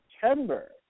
September